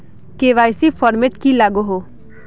KYC format की लागोहो?